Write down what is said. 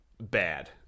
bad